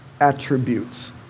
attributes